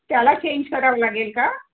त्याला चेंज करावं लागेल का